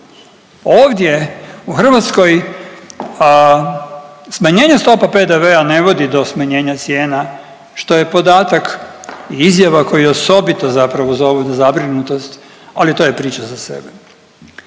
ovdje u Hrvatskoj smanjenje stopa PDV-a ne vodi do smanjenja cijena, što je podatak i izjava koja je osobito zapravo zov za zabrinutost, ali to je priča za sebe.